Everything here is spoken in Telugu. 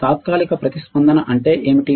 తాత్కాలిక ప్రతిస్పందన అంటే ఏమిటి